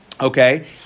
Okay